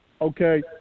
Okay